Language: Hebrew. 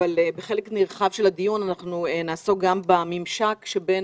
אבל בחלק נרחב של הדיון אנחנו נעסוק גם בממשק שבין